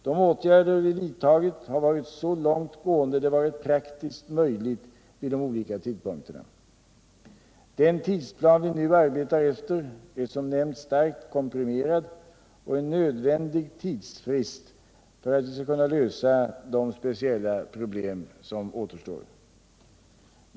De åtgärder vi vidtagit har varit så långt gående det varit praktiskt möjligt vid de olika tidpunkterna. Den tidsplan vi nu arbetar efter är som nämnts starkt komprimerad, och en tidsfrist för att lösa de speciella problem som föreligger blir behövlig.